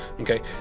okay